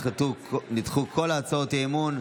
נדחו כל הצעות האי-אמון,